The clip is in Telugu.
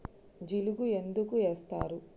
జిలుగు ఎందుకు ఏస్తరు?